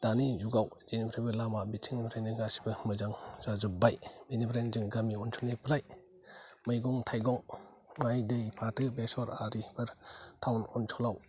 दानि जुगाव जेनिफ्रायबो लामा बिथिंनिफ्रायनो गासिबो मोजां जाजोबबाय बेनिफ्रायनो जों गामि ओनसोलनिफ्राय मैगं थायगं माइ दै फाथो बेसर आरिफोर टावन ओनसोलाव